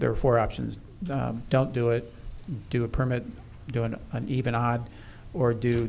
there for options don't do it do a permit do an even od or do